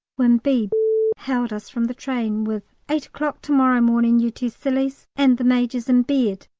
when b hailed us from the train with eight o'clock to-morrow morning, you two sillies, and the major's in bed!